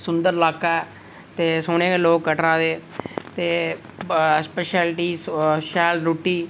सुंदर ल्हाका ऐ ते सोह्ने लोग कटड़ा दे ते स्पैशैलिटी शैल रूट्टी